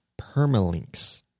Permalinks